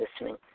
listening